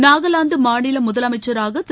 நாகாலாந்து மாநில முதலமைச்சராக திரு